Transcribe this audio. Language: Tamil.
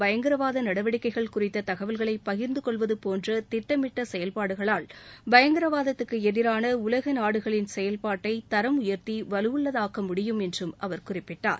பயங்கரவாத நடவடிக்கைகள் குறித்த தகவல்களை பகிர்ந்தகொள்வது போன்ற திட்டமிட்ட செயல்பாடுகளால் பயங்கரவாதத்துக்கு எதிரான உலக நாடுகளின் செயல்பாட்டை தரம் உயர்த்தி வலுவுள்ளதாக்க முடியும் என்றும் அவர் குறிப்பிட்டார்